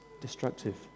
destructive